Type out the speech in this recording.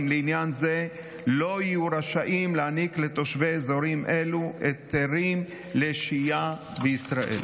לעניין זה לא יהיו רשאים להעניק לתושבי אזורים אלו היתרים לשהייה בישראל.